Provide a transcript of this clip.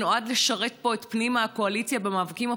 שנועד לשרת פה את פנים הקואליציה במאבקים הפוליטיים.